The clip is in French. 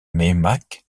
meymac